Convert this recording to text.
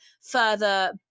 further